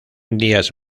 días